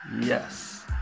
yes